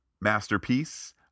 masterpiece